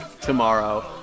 tomorrow